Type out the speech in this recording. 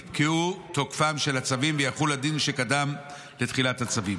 יפקעו תוקפם של הצווים ויחול הדין שקדם לתחילת הצווים.